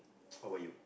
how about you